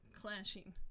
clashing